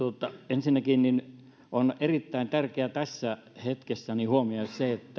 ensinnäkin on erittäin tärkeää tässä hetkessä huomioida